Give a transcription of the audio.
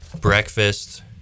breakfast